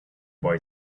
boy